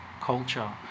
culture